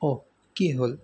অহ কি হ'ল